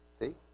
See